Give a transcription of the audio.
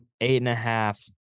eight-and-a-half